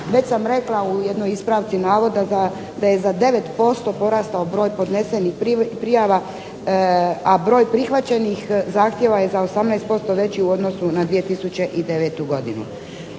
Već sam rekla u jednoj ispravci navoda da je za 9% porastao broj podnesenih prijava, a broj prihvaćenih zahtjeva je za 18% veći u odnosu na 2009. godinu.